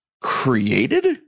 created